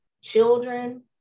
children